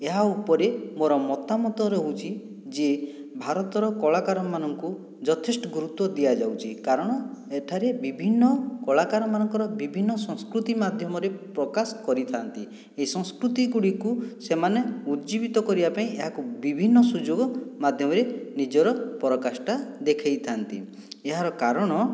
ଏହା ଉପରେ ମୋ'ର ମତାମତ ରହୁଛି ଯେ ଭାରତର କଳାକାରମାନଙ୍କୁ ଯଥେଷ୍ଟ ଗୁରୁତ୍ୱ ଦିଆ ଯାଉଛି କାରଣ ଏଠାରେ ବିଭିନ୍ନ କଳାକାରମାନଙ୍କର ବିଭିନ୍ନ ସଂସ୍କୃତି ମାଧ୍ୟମରେ ପ୍ରକାଶ କରିଥାନ୍ତି ଏ ସଂସ୍କୃତି ଗୁଡ଼ିକୁ ସେମାନେ ଉଜ୍ଜୀବିତ କରିବା ପାଇଁ ଏହାକୁ ବିଭିନ୍ନ ସୁଯୋଗ ମାଧ୍ୟମରେ ନିଜର ପରାକାଷ୍ଟା ଦେଖାଇଥାନ୍ତି ଏହାର କାରଣ